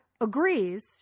agrees